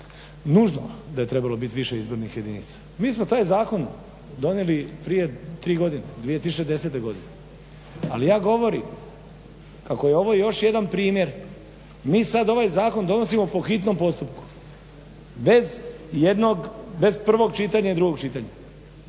nužno da je trebalo biti više izbornih jedinica. Mi smo taj zakon donijeli prije 3 godine, 2010. godine. Ali, ja govorim kako je ovo još jedan primjer, mi sad ovaj zakon donosimo po hitnom postupku bez prvog čitanja i drugog čitanja.